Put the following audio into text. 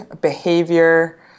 behavior